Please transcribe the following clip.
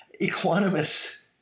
Equanimous